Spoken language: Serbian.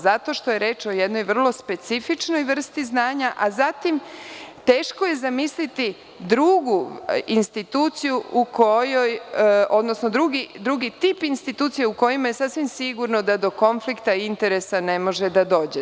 Zato što je reč o jednoj vrlo specifičnoj vrsti znanja, a zatim teško je zamisliti drugu instituciju u kojoj, odnosno drugi tip institucije u kojima je sasvim sigurno da do konflikta interesa ne može da dođe.